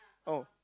oh